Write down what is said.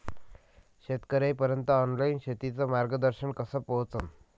शेतकर्याइपर्यंत ऑनलाईन शेतीचं मार्गदर्शन कस पोहोचन?